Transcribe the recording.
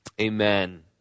amen